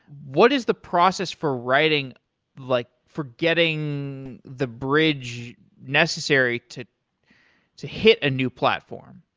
what is the process for writing like for getting the bridge necessary to to hit a new platform?